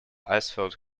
asphalt